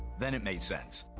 then it made sense.